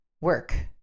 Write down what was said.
work